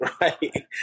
right